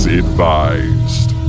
advised